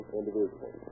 individual